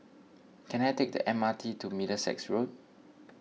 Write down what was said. can I take the M R T to Middlesex Road